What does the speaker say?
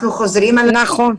אנחנו חוזרים על הבדיקה.